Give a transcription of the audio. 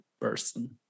person